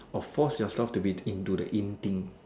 or force yourself to be into the in thing